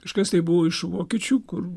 kažkas tai buvo iš vokiečių kur